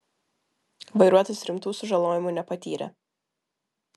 vairuotojas rimtų sužalojimų nepatyrė